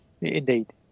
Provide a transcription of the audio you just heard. Indeed